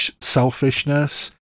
selfishness